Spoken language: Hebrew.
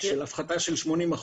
של הפחתה של 80%,